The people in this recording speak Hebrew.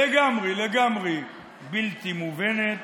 לגמרי לגמרי בלתי מובנת,